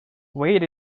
weight